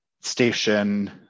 station